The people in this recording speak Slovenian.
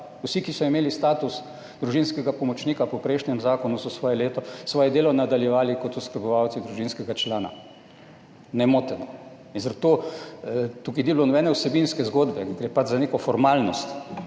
Vsi, ki so imeli status družinskega pomočnika po prejšnjem zakonu, so svoje delo nadaljevali kot oskrbovalci družinskega člana nemoteno in zato tukaj ni bilo nobene vsebinske zgodbe, gre pač za neko formalnost,